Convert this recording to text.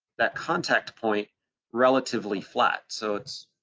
that contact point relatively flat. so it's,